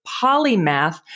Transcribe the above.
polymath